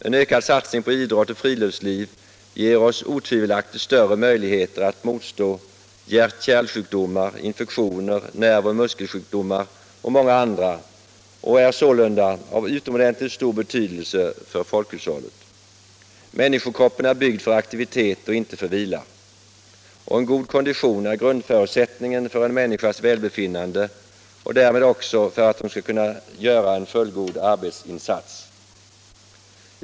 En ökad satsning på idrott och friluftsliv ger oss otvivelaktigt större möjligheter att motstå hjärt-kärlsjukdomar, infektioner, nervoch muskelsjukdomar och många andra, och idrotten är sålunda av utomordentligt stor betydelse för folkhushållet. Människokroppen är byggd för aktivitet, inte för vila. En god kondition är grundförutsättningen för en människas välbefinnande och därmed också för att hon skall kunna göra en fullgod arbetsinsats.